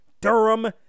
Durham